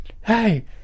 Hey